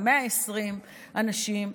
120 אנשים,